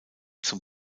zum